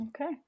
Okay